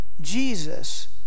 Jesus